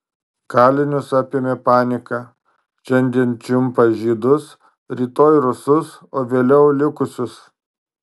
kalinius apėmė panika šiandien čiumpa žydus rytoj rusus o vėliau likusius